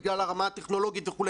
בגלל הרמה הטכנולוגית וכו',